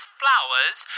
flowers